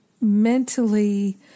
mentally